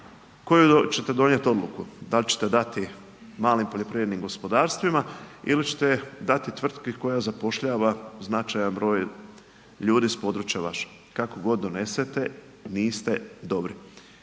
koju ćete donijeti odluku? Da li ćete dati malim poljoprivrednim gospodarstvima ili ćete dati tvrtku koja zapošljava značajan broj ljudi s područja vašeg. Kako god donesete, niste dobri.